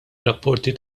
rapporti